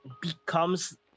becomes